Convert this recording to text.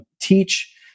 teach